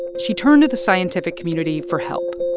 she turned to the scientific community for help